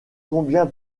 combien